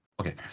Okay